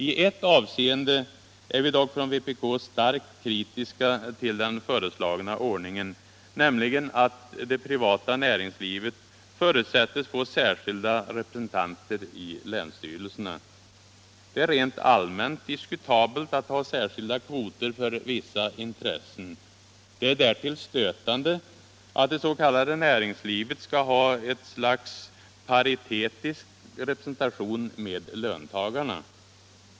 I ett avseende är vi dock från vpk starkt kritiska till den föreslagna ordningen, nämligen att det privata näringslivet förutsätts få särskilda representanter i länsstyrelserna. Det är rent allmänt diskutabelt att ha särskilda kvoter för vissa intressen. Därtill är det stötande att det s.k. näringslivet skall ha ett slags paritetisk representation med löntagarna.